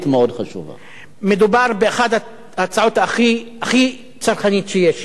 מדובר באחת ההצעות הכי צרכניות שיש.